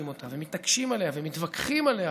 אותה ומתעקשים עליה ומתווכחים עליה,